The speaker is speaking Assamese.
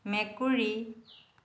মেকুৰী